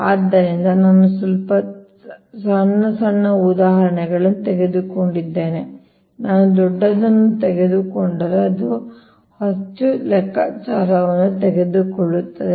ಆದ್ದರಿಂದ ನಾನು ಸ್ವಲ್ಪ ಚಿಕ್ಕ ಚಿಕ್ಕ ಉದಾಹರಣೆಯನ್ನು ತೆಗೆದುಕೊಂಡಿದ್ದೇನೆ ನಾನು ದೊಡ್ಡದನ್ನು ತೆಗೆದುಕೊಂಡರೆ ಅದು ಹೆಚ್ಚು ಲೆಕ್ಕಾಚಾರವನ್ನು ತೆಗೆದುಕೊಳ್ಳುತ್ತದೆ